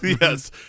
Yes